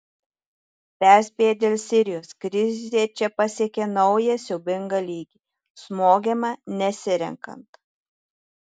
perspėja dėl sirijos krizė čia pasiekė naują siaubingą lygį smogiama nesirenkant